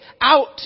out